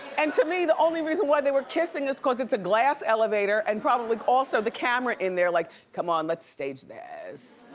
and to me the only reason why they were kissing is cause it's a glass elevator and probably also the camera in there. like come on let's stage this.